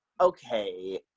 Okay